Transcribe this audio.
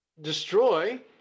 destroy